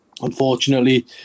Unfortunately